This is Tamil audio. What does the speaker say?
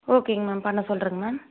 ஓகேங்க மேம் பண்ண சொல்கிறேங்க மேம்